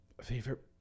Favorite